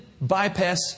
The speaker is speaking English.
bypass